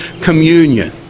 communion